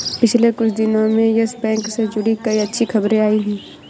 पिछले कुछ दिनो में यस बैंक से जुड़ी कई अच्छी खबरें आई हैं